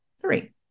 three